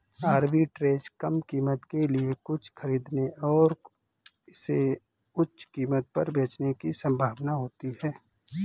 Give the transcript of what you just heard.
arbitrage कम कीमत के लिए कुछ खरीदने और इसे उच्च कीमत पर बेचने की संभावना होती है